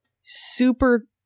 super